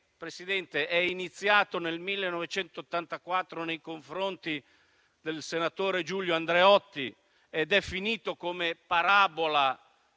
Presidente, è iniziato nel 1984 nei confronti del senatore Giulio Andreotti, ed è finito, come parabola